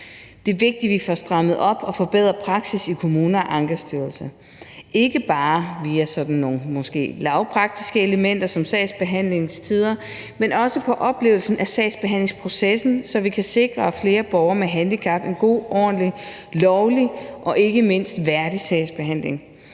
Det er vigtigt, at vi får strammet op og forbedret praksis i kommuner og i Ankestyrelsen – ikke bare via sådan nogle måske lavpraktiske elementer som sagsbehandlingstider, men også i forhold til oplevelsen af sagsbehandlingsprocessen, så vi kan sikre flere borgere med handicap en god og ordentlig lovlig og ikke mindst værdig sagsbehandling.